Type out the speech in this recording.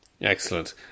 excellent